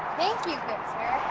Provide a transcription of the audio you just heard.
thank you good sir!